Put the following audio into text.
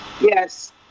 Yes